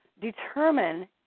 determine